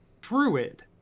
Druid